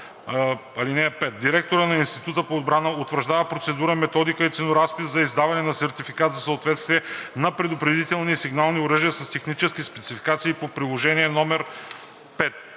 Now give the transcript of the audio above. Директорът на Института по отбрана утвърждава процедурата, методиката и ценоразписа за издаване на сертификат за съответствие на предупредителни и сигнални оръжия с техническите спецификации по приложение № 5.“